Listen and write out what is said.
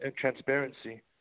transparency